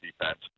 defense